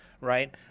right